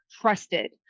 trusted